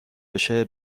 بشه